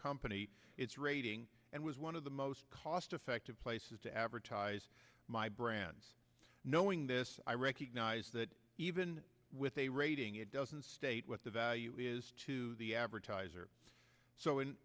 company its rating and was one of the most cost effective places to advertise my brand knowing this i recognize that even with a rating it doesn't state what the value is to the advertiser so i